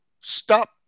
stop